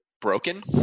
broken